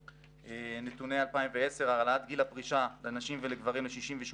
נתוני 2010 על העלאת גיל הפרישה לנשים ולגברים ל-68,